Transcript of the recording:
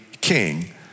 king